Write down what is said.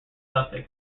suffixes